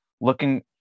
looking